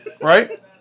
Right